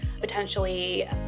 potentially